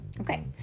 okay